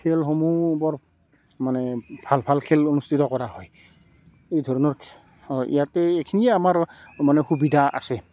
খেলসমূহ বৰ মানে ভাল ভাল খেল অনুস্থিত কৰা হয় এই ধৰণৰ ইয়াতে এইখিনিয়ে আমাৰ মানে সুবিধা আছে